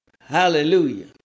Hallelujah